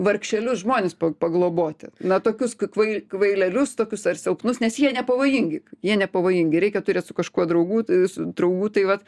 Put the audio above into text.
vargšelius žmones pa pagloboti na tokius kvai kvailelius tokius ar silpnus nes jie nepavojingi jie nepavojingi reikia turėt su kažkuo draugų su draugų tai vat